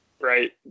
right